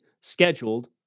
scheduled